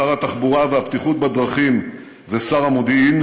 שר התחבורה והבטיחות בדרכים ושר המודיעין,